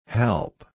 help